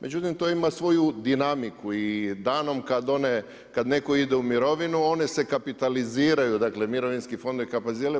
Međutim to ima svoju dinamiku i danom kada neko ide u mirovinu one se kapitaliziraju, dakle mirovinski fondovi